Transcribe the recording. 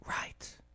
Right